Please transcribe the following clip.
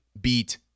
beat